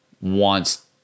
wants